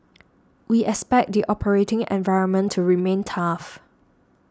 we expect the operating environment to remain tough